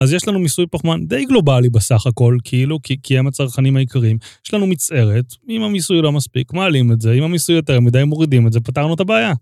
אז יש לנו מיסוי פחמן די גלובלי בסך הכל, כאילו, כי הם הצרכנים העיקרים. יש לנו מצערת, אם המיסוי לא מספיק, מעלים את זה, אם המיסוי יותר, מדי מורידים את זה, פתרנו את הבעיה.